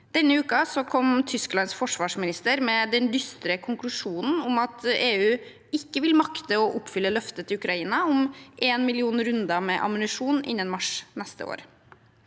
Denne uken kom Tysklands forsvarsminister med den dystre konklusjonen at EU ikke vil makte å oppfylle løftet til Ukraina om 1 million runder med ammunisjon innen mars neste år.